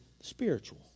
spiritual